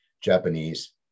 Japanese